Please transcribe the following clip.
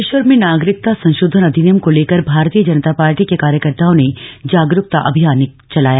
बागेश्वर में नागरिकता संशोधन अधिनियम को लेकर भारतीय जनता पार्टी के कार्यकर्ताओं ने जागरूकता अभियान चलाया